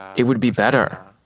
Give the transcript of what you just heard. it would be better.